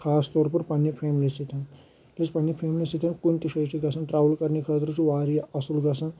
خاص طور پَر پنٛنہِ فیملی سۭتۍ ییٚلہِ أسۍ پنٛنہِ فیملی سۭتۍ کُنہِ تہِ جاے چھِ گژھان ٹرٛاوٕل کَرنہِ خٲطرٕ چھُ واریاہ اَصُل گژھان